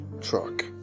Truck